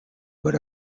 but